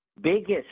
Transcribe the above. biggest